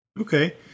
Okay